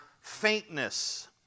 faintness